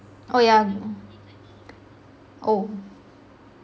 oh yeah oh